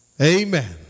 Amen